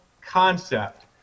concept